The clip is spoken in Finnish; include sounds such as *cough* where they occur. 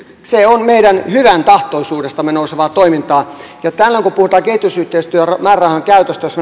se on meidän hyväntahtoisuudestamme nousevaa toimintaa ja tällöin kun puhutaan kehitysyhteistyömäärärahojen käytöstä jos *unintelligible*